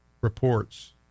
reports